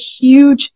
huge